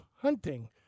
hunting